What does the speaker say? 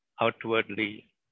outwardly